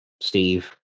Steve